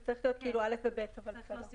זה צריך להיות א' ו-ב' למעשה,